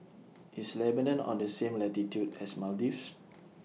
IS Lebanon on The same latitude as Maldives